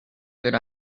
good